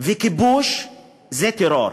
וכיבוש הם טרור.